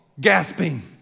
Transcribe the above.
gasping